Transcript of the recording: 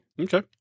Okay